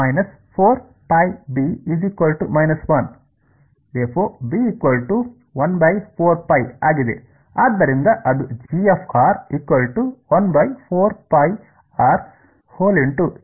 ಆದ್ದರಿಂದ ಅದು ಆಗಿದೆ